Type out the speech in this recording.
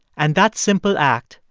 and that simple act,